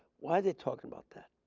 why are they talking about that?